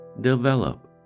develop